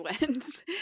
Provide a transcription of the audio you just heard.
wins